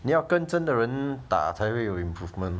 你要跟真的人打才会有 improvement